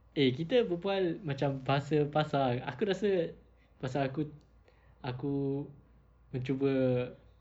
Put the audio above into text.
eh kita berbual macam bahasa pasar aku rasa pasal aku aku mencuba